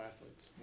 athletes